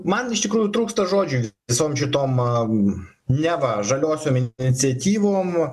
man iš tikrųjų trūksta žodžių visom šitom am neva žaliosiom iniciatyvom